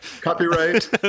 Copyright